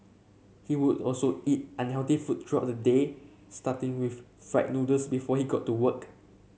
he would also eat unhealthy food throughout the day starting with fried noodles before he got to work